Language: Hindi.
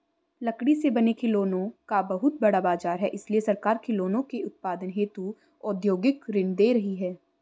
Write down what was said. लकड़ी से बने खिलौनों का बहुत बड़ा बाजार है इसलिए सरकार खिलौनों के उत्पादन हेतु औद्योगिक ऋण दे रही है